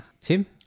Tim